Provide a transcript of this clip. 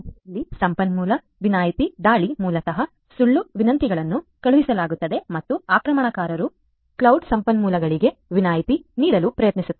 ಇಲ್ಲಿ ಸಂಪನ್ಮೂಲ ವಿನಾಯಿತಿ ದಾಳಿ ಮೂಲತಃ ಸುಳ್ಳು ವಿನಂತಿಗಳನ್ನು ಕಳುಹಿಸಲಾಗುತ್ತದೆ ಮತ್ತು ಆಕ್ರಮಣಕಾರರು ಕ್ಲೌಡ್ ನ ಸಂಪನ್ಮೂಲಗಳಿಗೆ ವಿನಾಯಿತಿ ನೀಡಲು ಪ್ರಯತ್ನಿಸುತ್ತಾರೆ